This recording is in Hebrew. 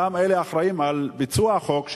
אותם אלה האחראים לביצוע החוק,